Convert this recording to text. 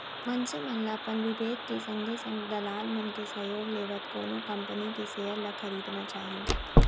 मनसे मन ल अपन बिबेक के संगे संग दलाल मन के सहयोग लेवत कोनो कंपनी के सेयर ल खरीदना चाही